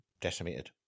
decimated